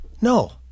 No